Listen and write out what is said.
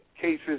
cases